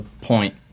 point